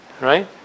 Right